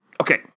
Okay